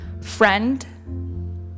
friend